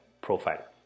profile